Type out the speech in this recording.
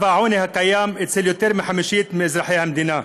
העוני הקיים אצל יותר מחמישית מאזרחי המדינה.